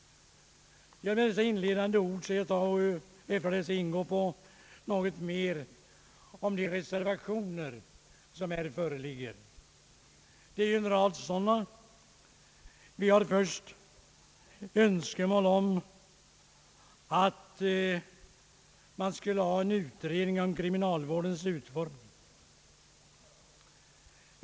Med dessa inledande ord vill jag gå över till de reservationer som vid de nu aktuella punkterna fogats till utskottets utlåtande. Det finns flera reservationer och i en av dem framförs önskemål om att det skulle tillsättas en utredning om kriminalvårdens utformning.